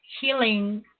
healing